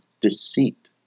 deceit